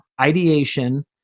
ideation